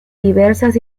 diversas